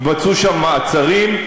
התבצעו שם מעצרים,